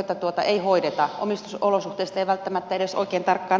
joita ei hoideta omistusolosuhteista ei välttämättä edes oikein tarkkaan tiedetäkään